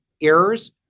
errors